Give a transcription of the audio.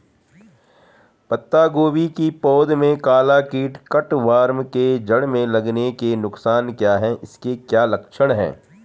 पत्ता गोभी की पौध में काला कीट कट वार्म के जड़ में लगने के नुकसान क्या हैं इसके क्या लक्षण हैं?